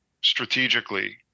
strategically